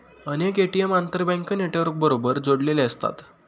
अनेक ए.टी.एम आंतरबँक नेटवर्कबरोबर जोडलेले असतात